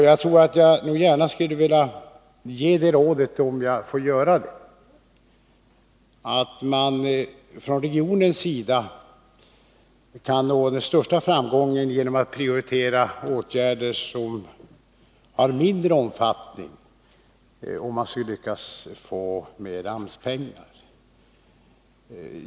Jag skulle gärna vilja ge det rådet, om det tillåts mig, att man från regionens sida sett kan nå den största framgången genom att prioritera åtgärder av mindre omfattning, om man lyckas få mer AMS-pengar.